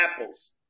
apples